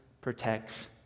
protects